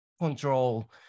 control